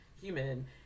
human